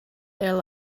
their